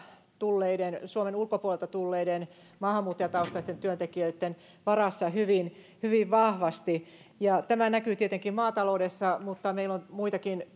tulleiden suomen ulkopuolelta tulleiden maahanmuuttajataustaisten työntekijöitten varassa hyvin hyvin vahvasti tämä näkyy tietenkin maataloudessa mutta meillä on muitakin